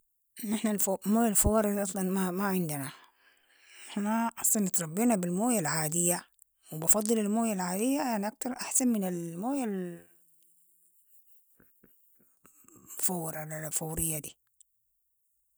نحن- الموية الفوارة دي اصلاً ما عندنا، نحن اصلا اتربينا بالموية العادية و بفضل الموية العادية على اكتر احسن من الموية الفورة ولا لا فورية دي.